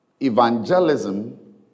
Evangelism